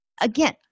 Again